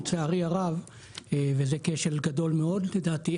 לצערי הרב זה כשל גדול מאוד לדעתי.